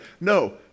No